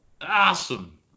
Awesome